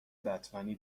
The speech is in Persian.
بتمنی